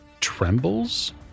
trembles